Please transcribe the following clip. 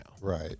right